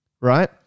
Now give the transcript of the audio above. right